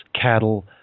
cattle